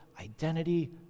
Identity